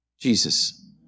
Jesus